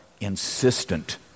insistent